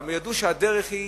אבל ידעו שהדרך היא,